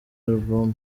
album